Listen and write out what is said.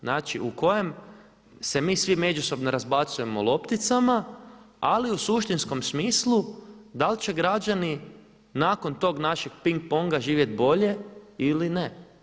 Znači u kojem se mi svi međusobno razbacujemo lopticama ali u suštinskom smislu da li će građani nakon tog našeg ping ponga živjeti bolje ili ne.